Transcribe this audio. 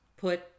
Put